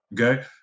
okay